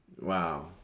Wow